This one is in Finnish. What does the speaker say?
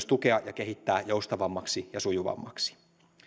tukea ja kehittää joustavammaksi ja sujuvammaksi